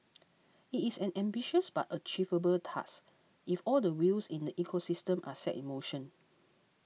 it is an ambitious but achievable task if all the wheels in the ecosystem are set in motion